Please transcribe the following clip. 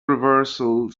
reversal